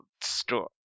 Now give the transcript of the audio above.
store